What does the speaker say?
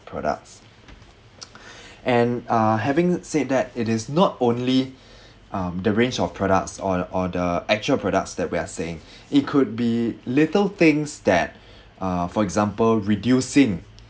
products and uh having said that it is not only um the range of products or or the actual products that we're saying it could be little things that uh for example reducing